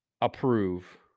approve